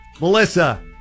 Melissa